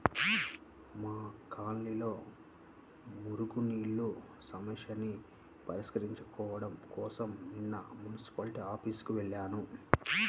మా కాలనీలో మురుగునీళ్ళ సమస్యని పరిష్కరించుకోడం కోసరం నిన్న మున్సిపాల్టీ ఆఫీసుకి వెళ్లాను